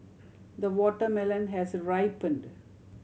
the watermelon has ripened